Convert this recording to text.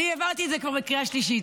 אני העברתי את זה כבר בקריאה שלישית.